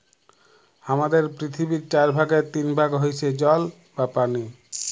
হামাদের পৃথিবীর চার ভাগের তিন ভাগ হইসে জল বা পানি